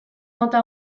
mota